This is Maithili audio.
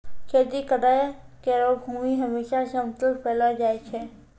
खेती करै केरो भूमि हमेसा समतल पैलो जाय छै